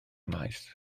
maes